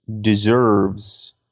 deserves